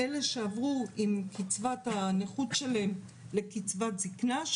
אלה שעברו עם קצבת הנכות שלהם לקצבת זקנה,